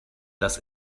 dass